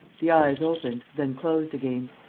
the eyes opened, then closed again.